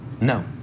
No